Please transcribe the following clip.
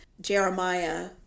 Jeremiah